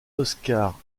oscar